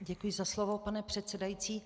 Děkuji za slovo, pane předsedající.